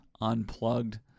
unplugged